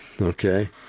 Okay